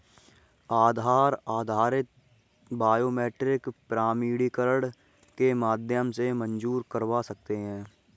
आधार आधारित बायोमेट्रिक प्रमाणीकरण के माध्यम से मंज़ूर करवा सकते हैं